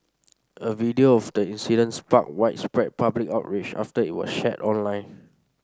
a video of the incident sparked widespread public outrage after it was shared online